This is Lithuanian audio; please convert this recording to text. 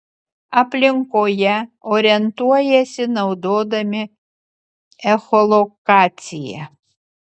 aplinkoje orientuojasi naudodami echolokaciją